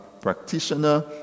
practitioner